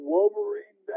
Wolverine